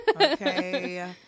Okay